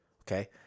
Okay